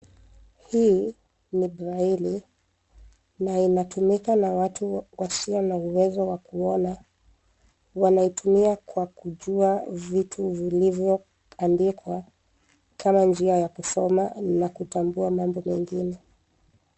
Hii ni braili na itatumika na watu wasioweza na uweza wa kuona. Wanaitumia kwa kujua vitu vilivyo andikwa kama njia ya kusoma na kutambua mambo mengine.